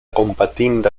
kompatinda